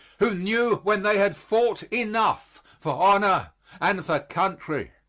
who knew when they had fought enough for honor and for country.